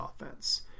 offense